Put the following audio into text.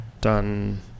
Done